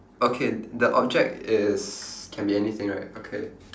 okay the object is can be anything right okay